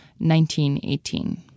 1918